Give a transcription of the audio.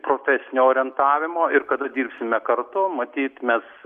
profesinio orientavimo ir kada dirbsime kartu matyt mes